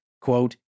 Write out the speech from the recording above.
quote